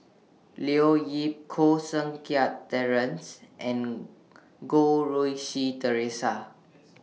Leo Yip Koh Seng Kiat Terence and Goh Rui Si Theresa